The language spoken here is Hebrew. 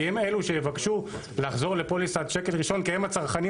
כי הם אלו שיבקשו לחזור לפוליסת שקל ראשון כי הם הצרכנים